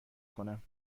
کنم